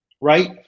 right